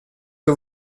que